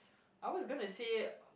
ours is gonna share